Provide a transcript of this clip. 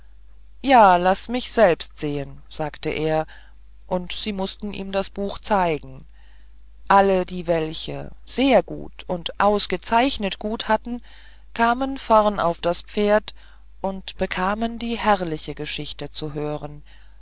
ja laßt mich selbst sehen sagte er und sie mußten ihm das buch zeigen alle die welche sehr gut und ausgezeichnet gut hatten kamen vorn auf das pferd und bekamen die herrliche geschichte zu hören